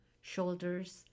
shoulders